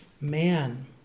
man